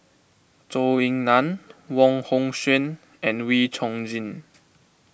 Zhou Ying Nan Wong Hong Suen and Wee Chong Jin